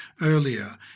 earlier